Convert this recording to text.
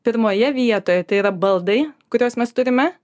pirmoje vietoje tai yra baldai kuriuos mes turime